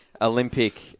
Olympic